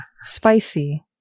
spicy